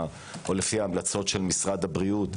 או לפי ההמלצות של משרד הבריאות?